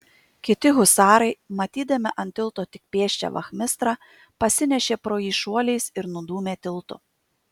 kiti husarai matydami ant tilto tik pėsčią vachmistrą pasinešė pro jį šuoliais ir nudūmė tiltu